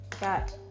got